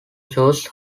shows